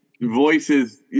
voices